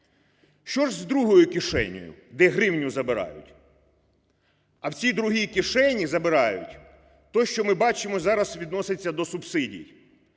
Що ж з другою кишенею, де гривню забирають? А в цій другій кишені забирають те, що, ми бачимо, зараз відноситься до субсидії,